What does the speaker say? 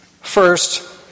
first